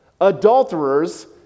adulterers